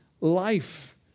life